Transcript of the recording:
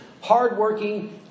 hardworking